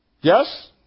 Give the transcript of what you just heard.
Yes